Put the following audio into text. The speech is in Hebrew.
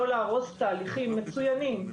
לא להרוס תהליכים מצוינים,